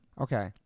Okay